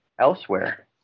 elsewhere